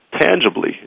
tangibly